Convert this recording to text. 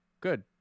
good